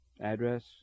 Address